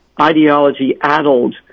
ideology-addled